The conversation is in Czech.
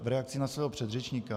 V reakci na svého předřečníka.